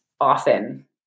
often